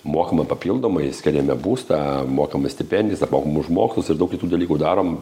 mokame papildomai skiriame būstą mokame stipendijas apmokam už mokslus ir daug kitų dalykų darom